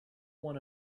one